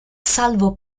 salvo